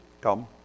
come